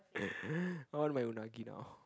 I want my unagi now